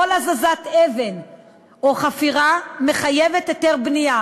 כל הזזת אבן או חפירה מחייבות היתר בנייה.